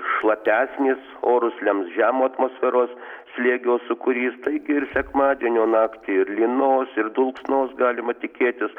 šlapesnis orus lems žemo atmosferos slėgio sūkurys taigi ir sekmadienio naktį lynos ir dulksnos galima tikėtis